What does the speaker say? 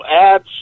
ads